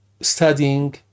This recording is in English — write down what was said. studying